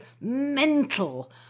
mental